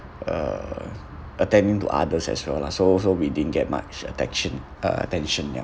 uh attending to others as well lah so so we didn't get much attention attention ya